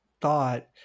thought